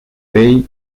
bay